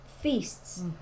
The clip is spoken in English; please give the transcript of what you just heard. feasts